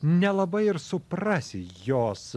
nelabai ir suprasi jos